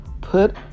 put